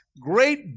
great